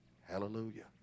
Hallelujah